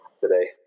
today